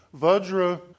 Vajra